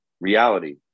Reality